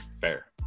Fair